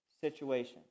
situation